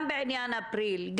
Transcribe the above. גם בעניין אפריל,